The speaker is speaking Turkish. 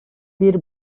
bir